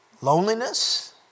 loneliness